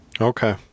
okay